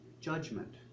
judgment